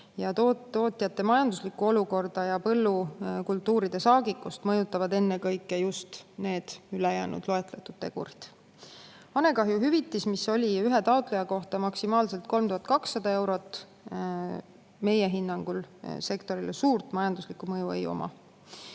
Tootjate majanduslikku olukorda ja põllukultuuride saagikust mõjutavad ennekõike just need ülejäänud loetletud tegurid. Hanekahjuhüvitis, mis oli ühe taotleja kohta maksimaalselt 3200 eurot, meie hinnangul sektorile suurt majanduslikku mõju ei